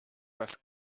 dass